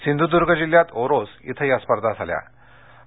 सिंधूदूर्ग जिल्ह्यात ओरोस इथं या स्पर्धा संपन्न झाल्या